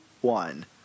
one